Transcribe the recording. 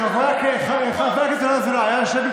חבר הכנסת ינון אזולאי, אנא שב במקומך.